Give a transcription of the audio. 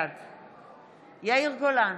בעד יאיר גולן,